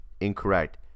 Incorrect